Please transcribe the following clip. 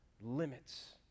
limits